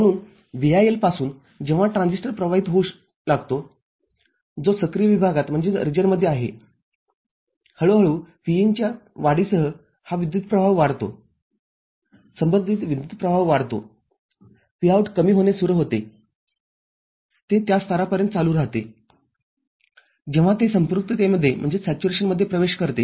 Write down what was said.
म्हणून VILपासून जेव्हा ट्रान्झिस्टरप्रवाहित होऊ लागतो जो सक्रिय विभागातआहेहळूहळू Vin च्या वाढीसह हा विद्युतप्रवाह वाढतो संबंधीत विद्युतप्रवाह वाढतो Vout कमी होणे सुरू होतेते त्या स्तरापर्यंत चालू राहते जेव्हा ते संपृक्ततेमध्ये प्रवेश करते